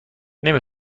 نمی